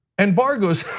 and barr goes,